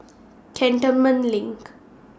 Cantonment LINK